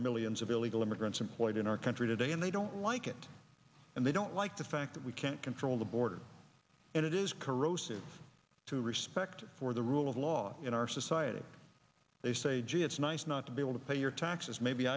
millions of illegal immigrants employed in our country today and they don't like it and they don't like the fact that we can't control the border and it is corrosive to respect for the rule of law in our society they say gee it's nice not to be able to pay your taxes maybe